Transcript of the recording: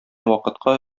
вакытка